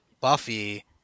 Buffy